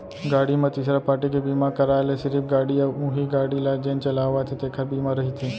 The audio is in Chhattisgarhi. गाड़ी म तीसरा पारटी के बीमा कराय ले सिरिफ गाड़ी अउ उहीं गाड़ी ल जेन चलावत हे तेखर बीमा रहिथे